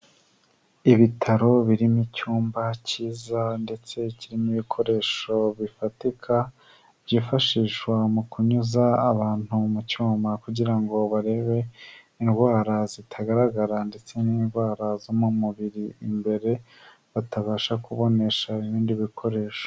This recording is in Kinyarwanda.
Ibitaro birimo icyumba cyiza ndetse kirimo ibikoresho bifatika byifashishwa mu kunyuza abantu mu cyuma kugira ngo barebe indwara zitagaragara ndetse n'indwara zo mu mubiri imbere, batabasha kubonesha ibindi bikoresho.